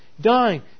dying